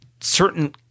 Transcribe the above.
certain